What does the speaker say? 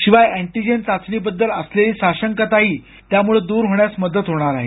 शिवाय अँटीजेन चाचणी बद्दल असलेली साशंकताही त्यामुळं द्र होण्यास मदत होणार आहे